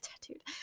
tattooed